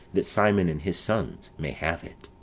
that simon, and his sons, may have it.